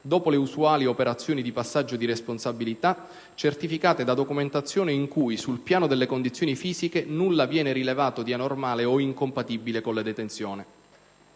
dopo le usuali operazioni di passaggio di responsabilità certificate da documentazione in cui, sul piano delle condizioni fisiche, nulla viene rilevato di anormale o incompatibile con la detenzione.